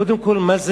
קודם כול, מה זה